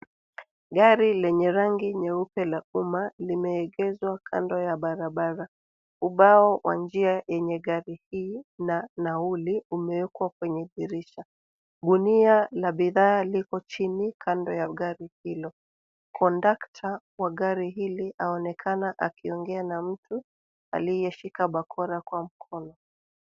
Gari lenye rangi nyeupe la umma limeegezwa kando ya barabara. Ubao wa njia yenye gari hii na nauli umewekwa kwenye dirisha. Gunia la bidhaa liko chini kado ya gari hilo. Kondakta wa gari hili anaonekana akiongea na mtu alishika bakora kwa mkono.